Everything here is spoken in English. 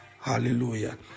Hallelujah